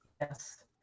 yes